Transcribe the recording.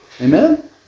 Amen